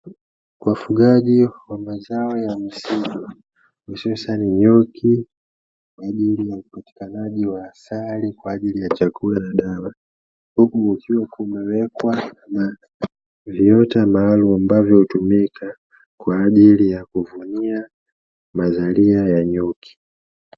Mfugaji wa mazao ya misitu hususani nyuki, kwa ajili ya upatikanaji wa asali kwa ajili ya chakula na dawa, huku kukiwa kumewekwa viota maalumu, ambavyo hutumika kwa ajili ya kufanyia mazalia ya nyuki.